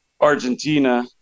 Argentina